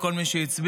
לכל מי שהצביע.